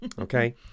Okay